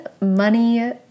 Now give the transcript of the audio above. money